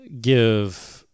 give